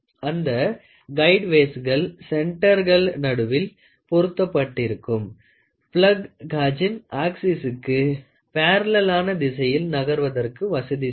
அந்த கையிடு வேய்ஸ்கல் சென்டர்கள் நடுவில் பொருத்தப்பட்டிருக்கும் பிளக் காஜின் ஆக்சிசுக்கு பேரலல்ளான திசையில் நகர்வதற்கு வசதி செய்யும்